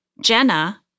Jenna